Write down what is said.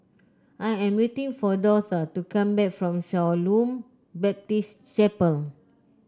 I am waiting for Dortha to come back from Shalom Baptist Chapel